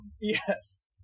Yes